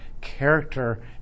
character